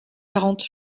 quarante